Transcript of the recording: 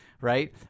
Right